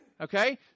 Okay